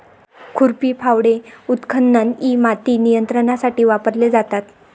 खुरपी, फावडे, उत्खनन इ माती नियंत्रणासाठी वापरले जातात